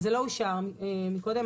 זה לא אושר מקודם.